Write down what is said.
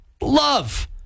Love